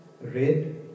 red